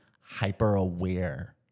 hyper-aware